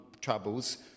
troubles